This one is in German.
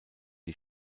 die